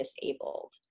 disabled